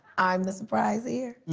um the surprise here?